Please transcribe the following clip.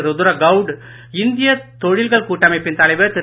ருத்ரே கவுடு இந்திய தொழில்கள் கூட்டமைப்பின் தலைவர் திரு